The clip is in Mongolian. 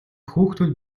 хүүхдүүд